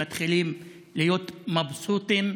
מתחילים להיות מבסוטים.